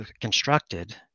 constructed